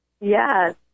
Yes